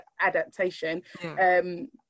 adaptation